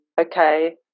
Okay